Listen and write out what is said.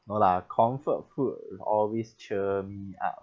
no lah comfort food always cheer me up